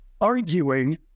arguing